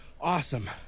awesome